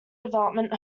development